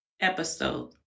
episode